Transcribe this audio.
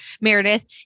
Meredith